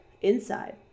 inside